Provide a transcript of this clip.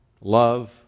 Love